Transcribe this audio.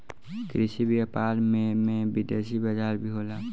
कृषि व्यापार में में विदेशी बाजार भी होला